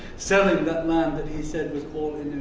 selling that land that he said was all